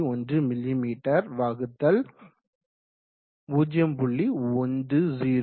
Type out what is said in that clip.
1 மிமீ வகுத்தல் 0